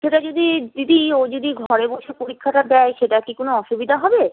সেটা যদি দিদি ও যদি ঘরে বসে পরীক্ষাটা দেয় সেটায় কি কোনো অসুবিধা হবে